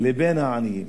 לבין העניים.